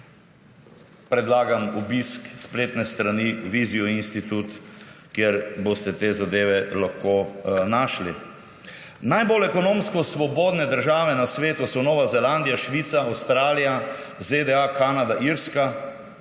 Predlagam obisk spletne strani Visio Institute, kjer boste te zadeve lahko našli. Najbolj ekonomsko svobodne države na svetu so Nova Zelandija, Švica, Avstralija, ZDA, Kanada, Irska.